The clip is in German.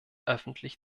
öffentlich